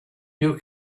you